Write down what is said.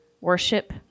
worship